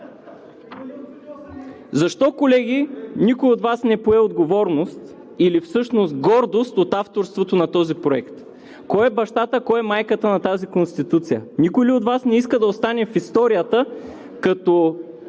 Защо, колеги, никой от Вас не пое отговорност или всъщност гордост от авторството на този проект? Кой е бащата, кой е майката на тази Конституция? Никой ли от Вас не иска да остане в историята като